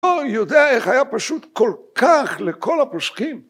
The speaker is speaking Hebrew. ‫הוא יודע איך היה פשוט ‫כל כך לכל הפוסקים.